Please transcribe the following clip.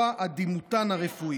בצבא ונמצאים איתנו בכל מקום גם בלי שהם